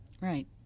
Right